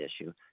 issue